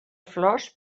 flors